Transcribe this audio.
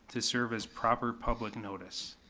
to serve as proper public notice.